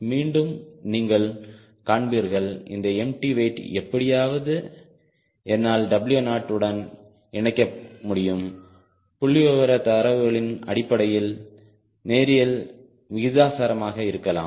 மீண்டும் நீங்கள் காண்பீர்கள் இந்த எம்டி வெயிட் எப்படியாவது என்னால் W0 உடன் இணைக்க முடியும் புள்ளிவிவர தரவுகளின் அடிப்படையில் நேரியல் விகிதாசாரமாக இருக்கலாம்